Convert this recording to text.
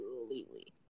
completely